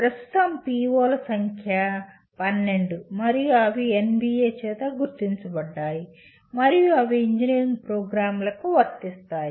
ప్రస్తుతం PO ల సంఖ్య 12 మరియు అవి NBA చేత గుర్తించబడ్డాయి మరియు అవి అన్ని ఇంజనీరింగ్ ప్రోగ్రామ్లకు వర్తిస్తాయి